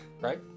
Right